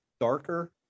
darker